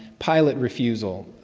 pilot refusal.